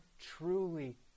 truly